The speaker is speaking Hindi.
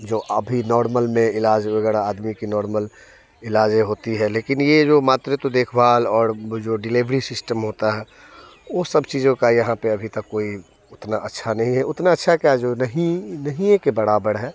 जो अभी नॉर्मल में इलाज वगैरह आदमी की नार्मल इलाजें होती है लेकिन ये जो मातृत देखभाल और जो डिलीवरी सिस्टम होता है वो सब चीज़ों का यहाँ पे अभी तक कोई उतना अच्छा नहीं है उतना अच्छा है क्या जो नहीं नहीं है के बराबर है